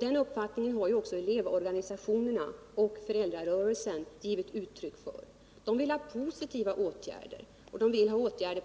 Den uppfattningen har också elevorganisationerna och föräldrarörelsen givit uttryck för. De vill ha positiva åtgärder, åtgärder